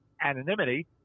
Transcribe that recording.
anonymity